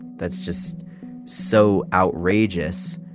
that's just so outrageous.